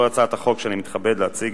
זו הצעת החוק שאני מתכבד להציג